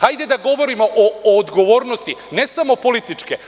Hajde da govorimo o odgovornosti ne samo političke.